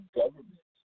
government